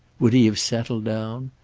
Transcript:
would he have settled down?